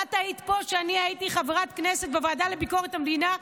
ואת היית פה כשאני הייתי חברת כנסת בוועדה לביקורת המדינה,